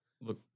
Look